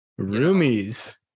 roomies